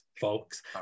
folks